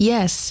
Yes